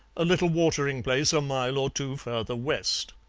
a little watering-place a mile or two further west.